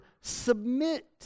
submit